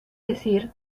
decir